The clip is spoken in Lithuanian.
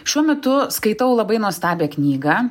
šiuo metu skaitau labai nuostabią knygą